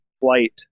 flight